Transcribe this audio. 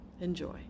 Enjoy